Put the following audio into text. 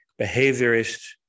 behaviorist